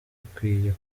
ukwiye